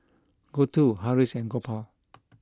Gouthu Haresh and Gopal